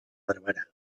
barberà